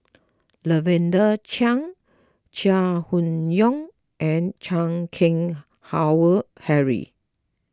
Lavender Chang Chai Hon Yoong and Chan Keng Howe Harry